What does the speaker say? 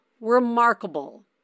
remarkable